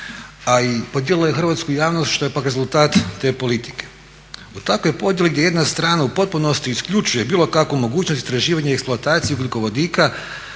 a i podijelila je hrvatsku javnost što je pak rezultat takve politike. Zbog takve podjele gdje jedna strana u potpunosti isključuje bilo kakvu mogućnost istraživanja i eksploatacije ugljikovodika